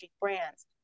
brands